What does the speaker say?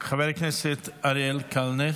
חבר הכנסת אריאל קלנר,